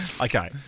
Okay